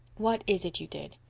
what is it you did?